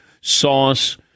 sauce